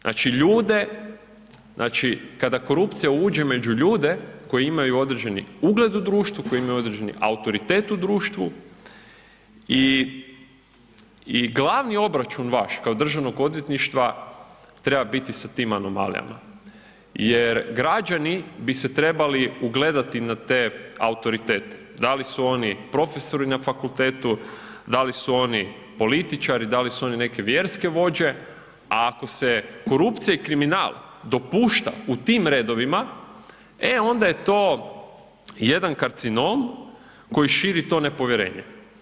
Znači ljude, znači, kada korupcija uđe među ljude koji imaju određeni ugled u društvu, koji imaju određeni autoritet u društvu i glavni, i glavni obračun vaš kao državnog odvjetništva treba biti sa tim anomalijama, jer građani bi se trebali ugledati na te autoritete, da li su oni profesori na fakultetu, da li su oni političari, da li su oni neke vjerske vođa, a ako se korupcija i kriminal dopušta u tim redovima, e onda je to jedan karcinom koji širi to nepovjerenje.